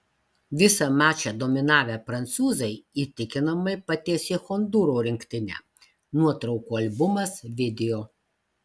visą mačą dominavę prancūzai įtikinamai patiesė hondūro rinktinę nuotraukų albumas video